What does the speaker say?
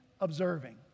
observing